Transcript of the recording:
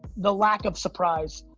the lack of surprise.